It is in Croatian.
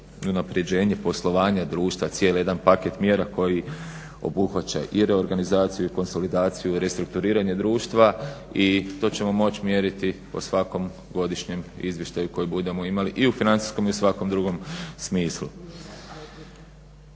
unaprjeđenje poslovanja društva, cijeli jedan paket mjera koji obuhvaća i reorganizaciju i konsolidaciju i restrukturiranje društva. I to ćemo moći mjeriti o svakom godišnjem izvještaju koji budemo imali. I u financijskom i u svakom drugom smislu.